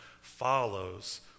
follows